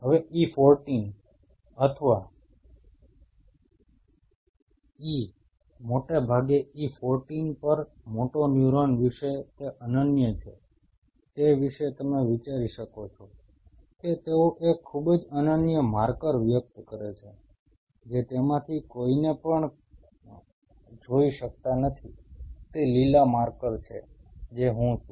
હવે E14 અથવા E મોટે ભાગે E14 પર મોટોન્યુરોન વિશે જે અનન્ય છે તે વિશે તમે વિચારી શકો છો કે તેઓ એક ખૂબ જ અનન્ય માર્કર વ્યક્ત કરે છે જે તેમાંથી કોઈને પણ જોઈ શકાતા નથી તે લીલા માર્કર છે જે હું છું